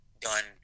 done